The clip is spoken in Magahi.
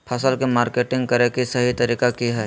फसल के मार्केटिंग करें कि सही तरीका की हय?